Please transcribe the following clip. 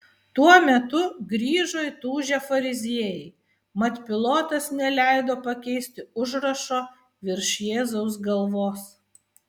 tuo metu grįžo įtūžę fariziejai mat pilotas neleido pakeisti užrašo virš jėzaus galvos